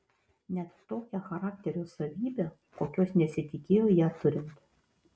net tokią charakterio savybę kokios nesitikėjo ją turint